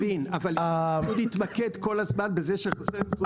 אני מבין אבל אם אנחנו נתמקד כל הזמן בזה שחסרים נתונים מה זה יעזור?